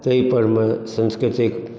ताहिपर मे संस्कृतिक